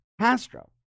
Castro